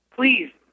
Please